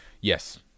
yes